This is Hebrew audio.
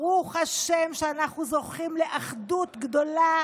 ברוך השם שאנחנו זוכים לאחדות גדולה